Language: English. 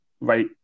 right